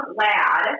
lad